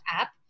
app